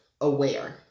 aware